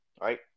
right